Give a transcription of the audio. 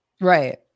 Right